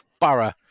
Borough